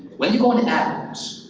when you go into and ad groups,